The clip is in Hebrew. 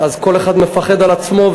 כל אחד מפחד על עצמו,